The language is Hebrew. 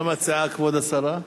מה מציעה כבוד השרה?